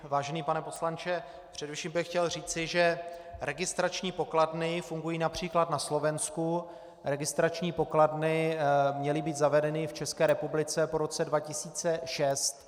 Vážený pane poslanče, především bych chtěl říci, že registrační pokladny fungují například na Slovensku, registrační pokladny měly být zavedeny v České republice po roce 2006.